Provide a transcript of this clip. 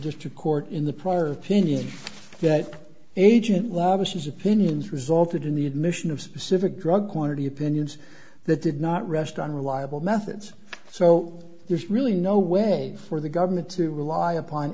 district court in the prior opinion that agent was she's opinions resulted in the admission of specific drug quantity opinions that did not rest on reliable methods so there's really no way for the government to rely upon